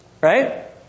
right